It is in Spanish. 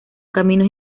caminos